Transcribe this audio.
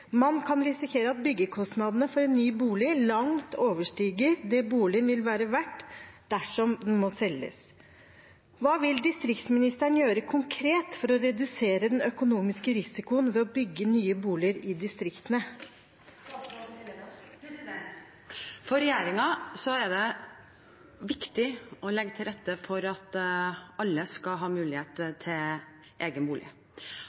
Man kan risikere at byggekostnaden for en ny bolig langt overstiger det boligen vil være verdt dersom den må selges. Hva vil statsråden gjøre konkret for å redusere den økonomiske risikoen ved å bygge nye boliger i distriktene?» For regjeringen er det viktig å legge til rette for at alle skal ha mulighet til egen bolig.